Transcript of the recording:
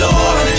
Lord